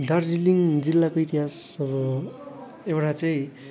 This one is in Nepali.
दार्जिलिङ जिल्लाको इतिहास अब एउडा चाहिँ